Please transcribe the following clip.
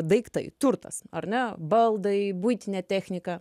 daiktai turtas ar ne baldai buitinė technika